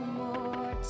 more